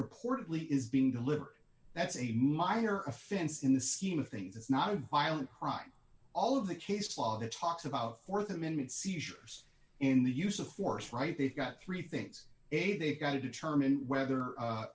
reportedly is being delivered that's a minor offense in the scheme of things it's not a violent crime all of the case law that talks about th amendment seizures in the use of force right they've got three things a they've got to determine whether